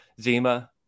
Zima